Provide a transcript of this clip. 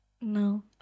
no